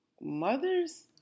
Mothers